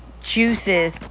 juices